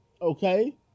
Okay